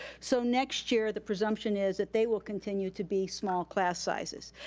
so next year, the presumption is that they will continue to be small class sizes.